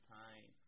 time